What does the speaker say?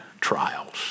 trials